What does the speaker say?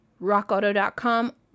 rockauto.com